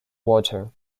water